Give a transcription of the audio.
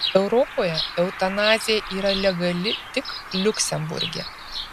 europoje eutanazija yra legali tik liuksemburge